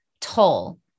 toll